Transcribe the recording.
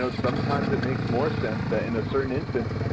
so sometimes it makes more sense ah in a certain instance,